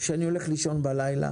כשאני הולך לישון בלילה